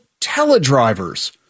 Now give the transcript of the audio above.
teledrivers